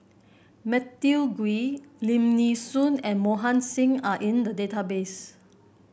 Matthew Ngui Lim Nee Soon and Mohan Singh are in the database